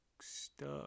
stuck